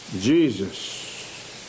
Jesus